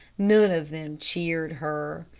none of them cheered her.